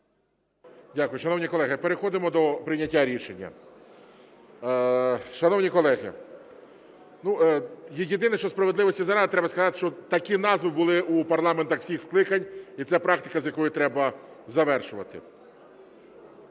Дякую. Шановні колеги, переходимо до прийняття рішення. Шановні колеги, єдине, що справедливості заради треба сказати, що такі назви були у парламентах всіх скликань, і це практика, з якою треба завершувати.